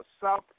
South